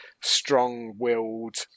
strong-willed